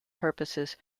purposes